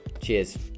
Cheers